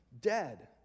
dead